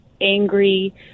angry